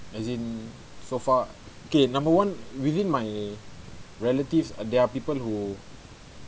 as in so far okay number one within my relatives there are people who